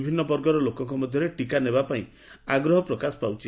ବିଭିନ୍ଦ ବର୍ଗର ଲୋକଙ୍କ ମଧ୍ଧରେ ଟିକା ନେବାପାଇଁ ଆଗ୍ରହ ପ୍ରକାଶ ପାଉଛି